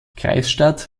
kreisstadt